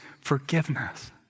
forgiveness